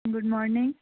good morning